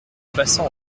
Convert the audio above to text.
passa